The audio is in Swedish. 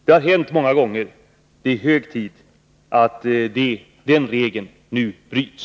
Det har hänt många gånger, och det är hög tid att den trenden bryts.